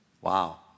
Wow